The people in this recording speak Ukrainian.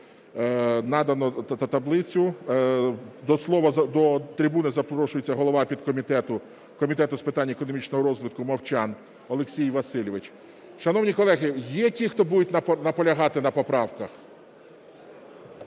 Надано таблицю. До слова до трибуни запрошується голова підкомітету Комітету з питань економічного розвитку Мовчан Олексій Васильович. Шановні колеги, є ті, хто будуть наполягати на поправках?